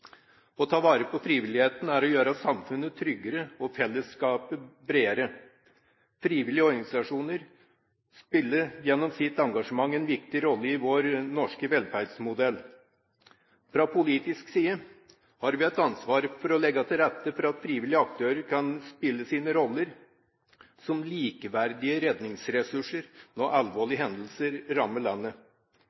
Å ta vare på frivilligheten er å gjøre samfunnet tryggere og fellesskapet bredere. Frivillige organisasjoner spiller gjennom sitt engasjement en viktig rolle i vår norske velferdsmodell. Fra politisk side har vi et ansvar for å legge til rette for at frivillige aktører kan spille sine roller som likeverdige redningsressurser når alvorlige hendelser rammer landet.